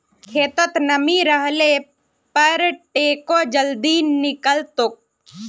खेतत नमी रहले पर टेको जल्दी निकलतोक